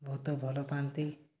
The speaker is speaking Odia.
ବହୁତ ଭଲ ପାଆନ୍ତି